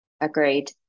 Agreed